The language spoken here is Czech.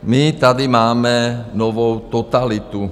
My tady máme novou totalitu.